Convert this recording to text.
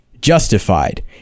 justified